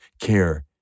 care